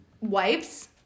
wipes